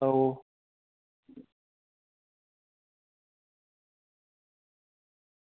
आहो